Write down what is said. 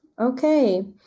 Okay